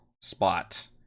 spot